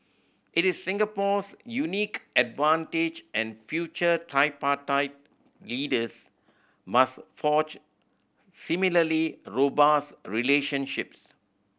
it is Singapore's unique advantage and future tripartite leaders must forge similarly robust relationships